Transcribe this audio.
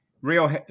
real